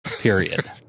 period